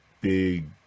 big